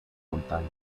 montana